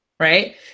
right